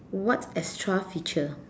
what extra feature